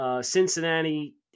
Cincinnati